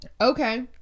Okay